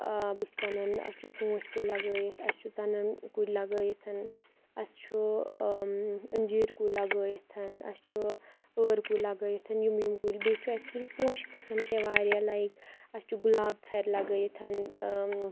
بُتھِ کٔنۍ اَسہِ چھُ ژوٗنٛٹھۍ کُلۍ لَگٲوِتھ اَسہِ چھُ ژٕنَن کُلۍ لَگٲوِتھ اَسہِ چھُ أنجیٖر کُلۍ لَگٲوِتھ اَسہِ چھُ ٲرۍ کُلۍ لَگٲوِتھ یِم یِم کُلۍ بیٚیہِ چھُ اَسہِ کیٚنٛہہ پوشہِ قٕسٕم تہِ واریاہ لایِک اَسہِ چھُ گُلاب تھَرِ لَگٲوِتھ